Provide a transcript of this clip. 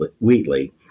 Wheatley